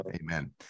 amen